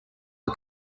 are